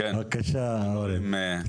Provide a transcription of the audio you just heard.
בבקשה אורן.